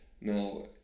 Now